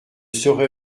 serai